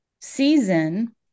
season